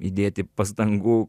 įdėti pastangų